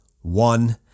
one